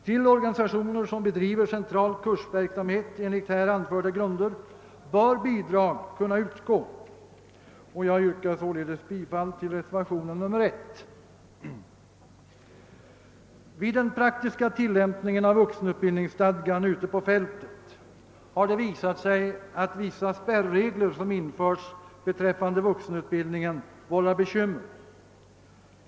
Till organisationer som bedriver central kursverksamhet enligt här anförda grunder bör bidrag kunna utgå. Jag yrkar således bifall till reservationen 1 a. Vid den praktiska tillämpningen av vuxenutbildningsstadgan ute på fältet har det visat sig att vissa spärregler som införts beträffande vuxenutbildningen vållar bekymmer.